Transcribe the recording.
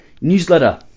newsletter